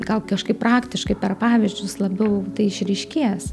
gal kažkaip praktiškai per pavyzdžius labiau išryškės